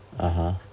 (uh huh)